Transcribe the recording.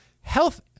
health